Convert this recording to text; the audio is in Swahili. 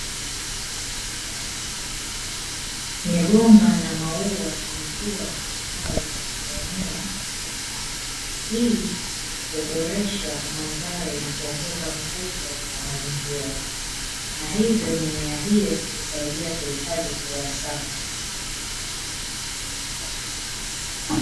Migomba na maua imekua na kustawi katika eneo. Hii huboresha mandhari na kuongeza mvuto wa mazingira na hivyo mimea hiyo husaidia kuhifadhi hewa safi.